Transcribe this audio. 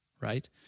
right